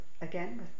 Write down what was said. again